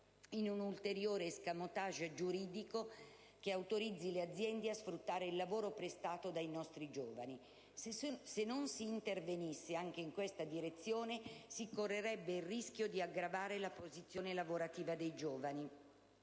in un ulteriore *escamotage* giuridico che autorizzi le aziende a sfruttare il lavoro prestato dai nostri giovani. Se non si intervenisse anche in questa direzione, si correrebbe il rischio di aggravare la posizione lavorativa dei giovani.